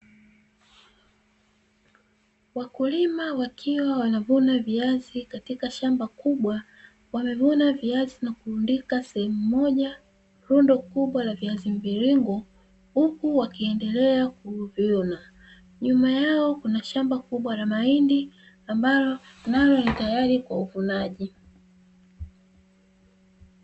Wakulima wakiwa wanavuna viazi katika shamba kubwa, wamevuna viazi na kurundika sehemu moja rundo kubwa la viazi mviringo, huku wakiendelea kuvuna, nyuma yao Kuna shamba kubwa mahindi, ambalo nalo ni tayari kwa uvunaji.